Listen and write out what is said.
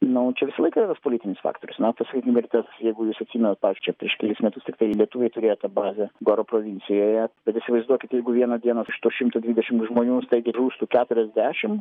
na o čia visą laiką yra tas politinis faktorius na tai sakykime ir tas jeigu jūs atsimenat pavyzdžiui čia prieš kelis metus tiktai lietuviai turėjo tą bazę goro provincijoje bet įsivaizduokit jeigu vieną dieną iš to šimto dvidešimt žmonių staigiai žūstų keturiasdešimt